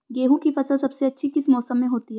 गेंहू की फसल सबसे अच्छी किस मौसम में होती है?